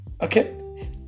Okay